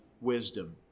wisdom